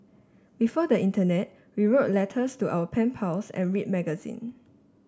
before the internet we wrote letters to our pen pals and read magazine